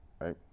Right